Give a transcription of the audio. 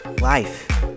life